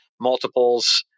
multiples